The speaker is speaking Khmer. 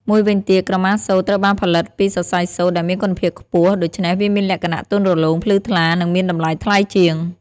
មួយវិញទៀត ក្រមាសូត្រ ត្រូវបានផលិតពីសរសៃសូត្រដែលមានគុណភាពខ្ពស់ ដូច្នេះវាមានលក្ខណៈទន់រលោង ភ្លឺថ្លា និងមានតម្លៃថ្លៃជាង។